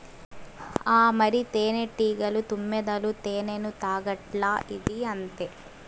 ఆ మరి, తేనెటీగలు, తుమ్మెదలు తేనెను తాగట్లా, ఇదీ అంతే